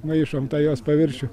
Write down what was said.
maišom tą jos paviršių